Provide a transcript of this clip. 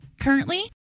Currently